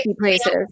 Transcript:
places